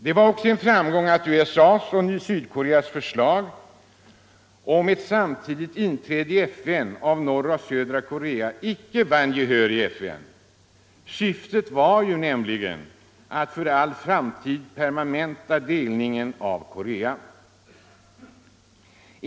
Det var också en framgång att USA:s och Sydkoreas förslag om ett samtidigt inträde i FN av norra och södra Korea inte vann gehör i FN. Syftet var nämligen att för all framtid permanenta delningen av Korea.